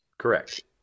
Correct